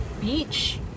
beach